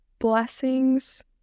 blessings